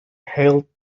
hailed